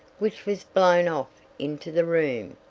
which was blown off into the room,